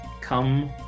come